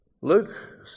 Luke